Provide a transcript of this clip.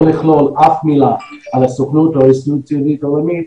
לכלול אף מילה על הסוכנות או ההסתדרות הציונית העולמית,